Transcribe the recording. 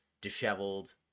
disheveled